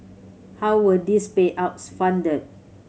how were these payouts funded